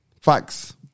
Facts